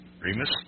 Remus